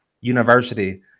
University